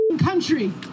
country